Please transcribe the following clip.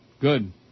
Good